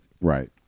Right